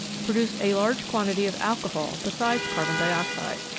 produce a large quantity of alcohol besides carbon dioxide.